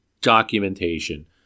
documentation